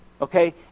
Okay